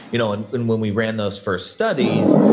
you know and then when we ran those first studies,